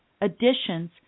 additions